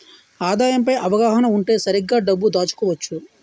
ఆదాయం పై అవగాహన ఉంటే సరిగ్గా డబ్బు దాచుకోవచ్చు